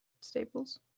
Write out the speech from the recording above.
Staples